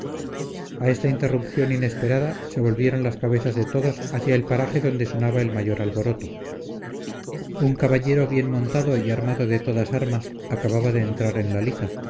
a esta interrupción inesperada se volvieron las cabezas de todos hacia el paraje donde sonaba el mayor alboroto un caballero bien montado y armado de todas armas acababa de entrar en la liza